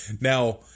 Now